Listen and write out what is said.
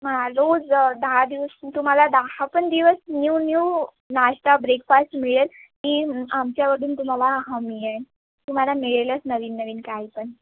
हां रोज दहा दिवस तुम्हाला दहा पण दिवस न्यू न्यू नाश्ता ब्रेकफास्ट मिळेल ही आमच्याकडून तुम्हाला हमी आहे तुम्हाला मिळेलच नवीन नवीन काही पण